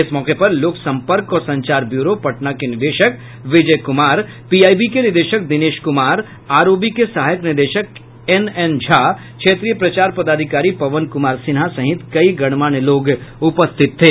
इस मौके पर लोक संपर्क और संचार ब्यूरो पटना के निदेशक विजय कुमार पीआईबी के निदेशक दिनेश कुमार आरओबी के सहायक निदेशक एन एन झा क्षेत्रीय प्रचार पदाधिकारी पवन कुमार सिन्हा सहित कई गणमान्य लोग उपस्थित थे